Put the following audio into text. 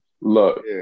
look